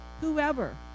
whoever